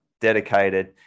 dedicated